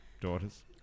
Daughters